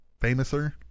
Famouser